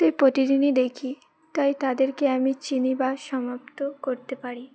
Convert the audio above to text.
তাই প্রতিদিনই দেখি তাই তাদেরকে আমি চিনি বা সমাপ্ত করতে পারি